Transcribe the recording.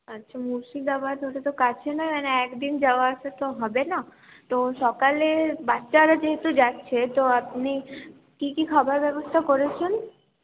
আচ্ছা মুর্শিদাবাদ ওটা তো কাছে না মানে একদিন যাওয়া আসা তো হবে না তো সকালে বাচ্চারা যেহেতু যাচ্ছে তো আপনি কি কি খাবার ব্যবস্থা করেছেন